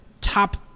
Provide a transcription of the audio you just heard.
top